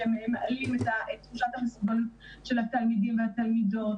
שהם מעלים את תחושת המסוגלות של התלמידות והתלמידים,